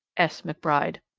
s. mcbride.